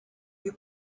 you